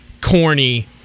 Corny